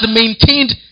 maintained